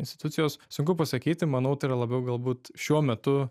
institucijos sunku pasakyti manau tai yra labiau galbūt šiuo metu